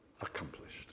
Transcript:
accomplished